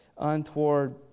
untoward